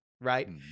right